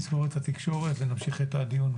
נסגור את התקשורת ונמשיך את הדיון.